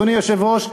אדוני היושב-ראש,